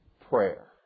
prayer